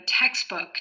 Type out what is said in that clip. textbook